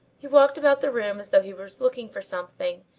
he walked about the room as though he was looking for something,